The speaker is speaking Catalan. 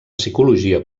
psicologia